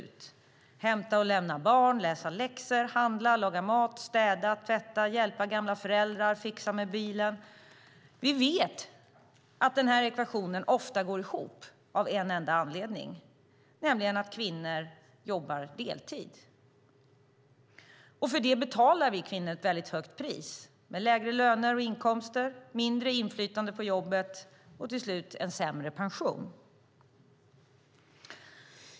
Det handlar om att hämta och lämna barn, läsa läxor, handla, laga mat, städa, tvätta, hjälpa gamla föräldrar och fixa med bilen. Vi vet att ekvationen ofta går ihop av en enda anledning, nämligen att kvinnor jobbar deltid. För detta betalar vi kvinnor ett högt pris med lägre löner och inkomster, mindre inflytande på jobbet och till slut en sämre pension.